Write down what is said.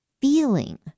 feeling